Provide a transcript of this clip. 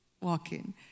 walking